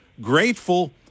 grateful